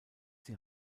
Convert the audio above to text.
sie